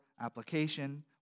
application